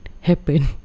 happen